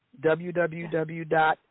www